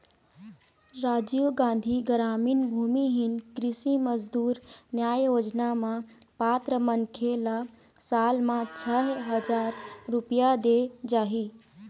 राजीव गांधी गरामीन भूमिहीन कृषि मजदूर न्याय योजना म पात्र मनखे ल साल म छै हजार रूपिया देय जाही